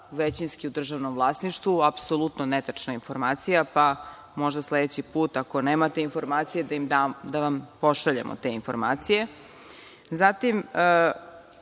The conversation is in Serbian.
većinski u državnom vlasništvu. Apsolutno netačna informacija, pa sledeći put ako nemate informacije, da vam pošaljemo te informacije.Zašto